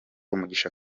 umugisha